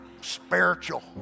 Spiritual